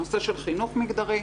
הנושא של חינוך מגדרי,